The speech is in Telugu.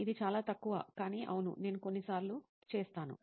ఇది చాలా తక్కువ కానీ అవును నేను కొన్నిసార్లు చేస్తాను